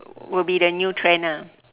will be the new trend ah